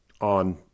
on